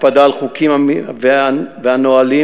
הקפדה על חוקים ועל נהלים,